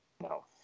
No